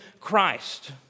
Christ